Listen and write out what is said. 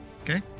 Okay